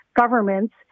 governments